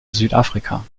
südafrika